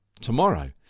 Tomorrow